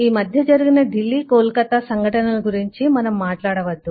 ఈ మధ్య జరిగిన ఢిల్లీ కోల్ కత్తా సంఘటనలను గురించి మనం మాట్లాడవద్దు